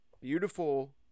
beautiful